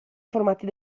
formati